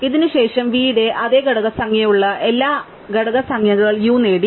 അതിനാൽ ഇതിന് ശേഷം v ന്റെ അതേ ഘടക സംഖ്യയുള്ള എല്ലാം അതേ ഘടക സംഖ്യകൾ u നേടി